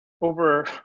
Over